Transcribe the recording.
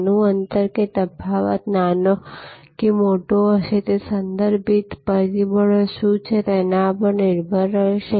નાનું અંતર કે તફાવત નાનો કે મોટો હશે તે સંદર્ભિત પરિબળો શું છે તેના પર નિર્ભર રહેશે